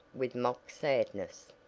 with mock sadness.